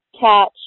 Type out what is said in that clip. catch